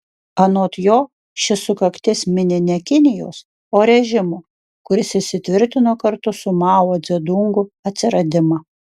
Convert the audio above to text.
anot jo ši sukaktis mini ne kinijos o režimo kuris įsitvirtino kartu su mao dzedungu atsiradimą